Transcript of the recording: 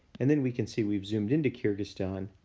and then we can see we've zoomed in to kyrgyzstan.